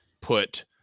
put